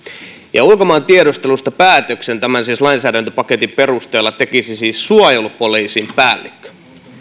ja ulkomaantiedustelusta päätöksen tämän lainsäädäntöpaketin perusteella tekisi siis suojelupoliisin päällikkö